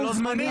זמני?